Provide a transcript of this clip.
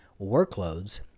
workloads